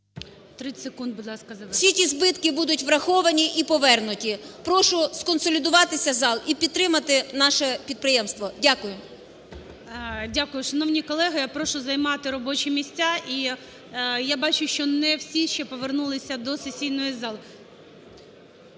30 секунд, будь ласка, завершуйте. ЛУЦЕНКО І.С. … всі ті збитки будуть враховані і повернуті. Прошу сконсолідуватися зал і підтримати наше підприємство. Дякую. ГОЛОВУЮЧИЙ. Дякую. Шановні колеги, я прошу займати робочі місця і я бачу, що не всі ще повернулися до сесійної зали.